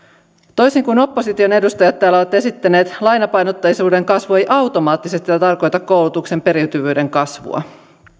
toisin kuin opposition edustajat täällä ovat esittäneet lainapainotteisuuden kasvu ei automaattisesti tarkoita koulutuksen periytyvyyden kasvua